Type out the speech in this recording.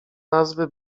nazwy